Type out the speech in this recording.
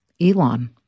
Elon